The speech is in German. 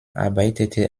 arbeitete